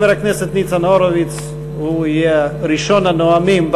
חבר הכנסת ניצן הורוביץ יהיה ראשון הנואמים.